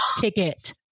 ticket